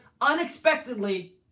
unexpectedly